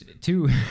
Two